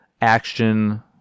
action